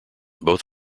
both